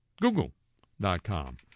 Google.com